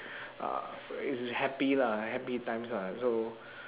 ah is happy lah happy times lah so